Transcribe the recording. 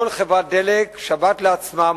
כל חברת דלק עושה שבת לעצמה,